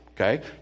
okay